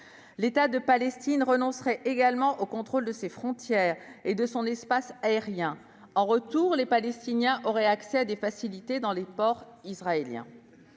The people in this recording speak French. L'État de Palestine renoncerait également au contrôle de ses frontières et de son espace aérien. En retour, les Palestiniens auraient accès à des facilités dans les ports israéliens.